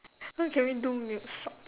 what can we do mid swap